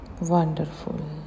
wonderful